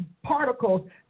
particles